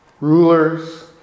rulers